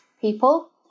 people